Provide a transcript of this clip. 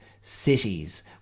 cities